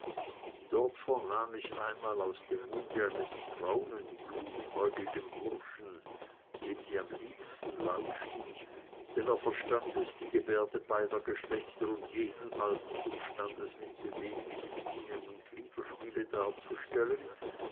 dort vernahm ich einmal aus dem munde eines braunen glutäugigen burschen dem sie am liebsten lauschten denn er verstand es die gebärde beider geschlechter und jeden alters und standes mit beweglichem mienen und gliederspiele darzustellen